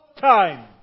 time